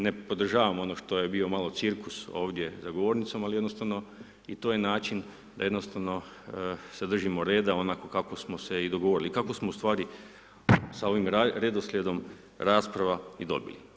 Ne podržavam ono što je bio malo cirkus ovdje za govornicom, ali jednostavno i to je način da jednostavno se držimo reda onako kako smo se i dogovorili, i kako smo ustvari sa ovim redoslijedom rasprava i dobili.